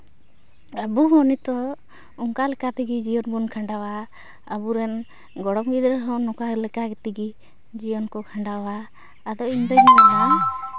ᱟᱵᱚ ᱦᱚᱸ ᱱᱤᱛᱳᱜ ᱚᱱᱠᱟ ᱞᱮᱠᱟ ᱛᱮᱜᱮ ᱡᱤᱭᱚᱱ ᱵᱚᱱ ᱠᱷᱟᱸᱰᱟᱣᱟ ᱟᱵᱚᱨᱮᱱ ᱜᱚᱲᱚᱢ ᱜᱤᱫᱽᱨᱟᱹ ᱦᱚᱸ ᱱᱚᱝᱠᱟ ᱞᱮᱠᱟ ᱛᱮᱜᱮ ᱡᱤᱭᱚᱱ ᱠᱚ ᱠᱷᱟᱸᱰᱟᱣᱟ ᱟᱫᱚ ᱤᱧ ᱫᱩᱧ ᱢᱮᱱᱟ